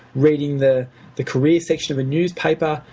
reading the the career section of a newspaper.